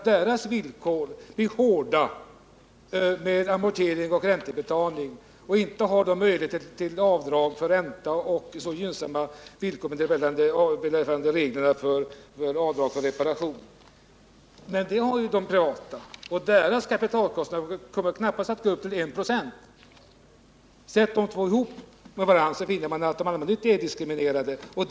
Deras villkor är hårda med amorteringar och räntebetalningar, och de har inte de möjligheter till avdrag för ränta och de gynnsamma villkor beträffande reglerna för avdrag för reparation som de privata ägarna har. De privata ägarnas kapitalkostnader kommer knappast att uppgå till 1 ?6. Jämför man de två ägarformerna, finner man att de allmännyttiga företagen är diskriminerade.